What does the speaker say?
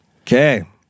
Okay